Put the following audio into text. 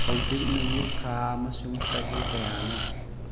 ꯍꯧꯖꯤꯛ ꯅꯨꯃꯤꯠ ꯊꯥ ꯑꯃꯁꯨꯡ ꯆꯍꯤ ꯀꯌꯥꯅꯣ